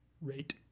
rate